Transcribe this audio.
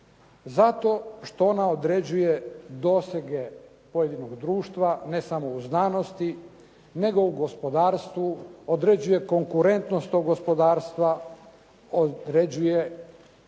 Zato što ona određuje dosege pojedinog društva ne samo u znanosti nego u gospodarstvu određuje konkurentnost tog gospodarstva, određuje